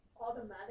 automatic